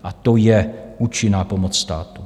A to je účinná pomoc státu.